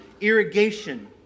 irrigation